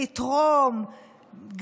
לתרום,